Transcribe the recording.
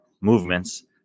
movements